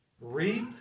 reap